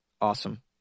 awesome